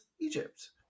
egypt